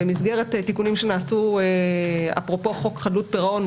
במסגרת תיקונים שנעשו אפרופו חוק חדלות פירעון,